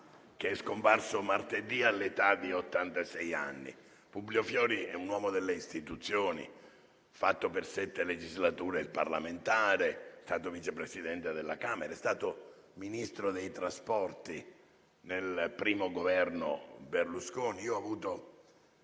Fiori, scomparso martedì all'età di ottantasei anni. Publio Fiori è un uomo delle Istituzioni, ha fatto per sette legislature il parlamentare, è stato vice presidente della Camera e Ministro dei trasporti nel primo Governo Berlusconi. Ho avuto